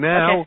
Now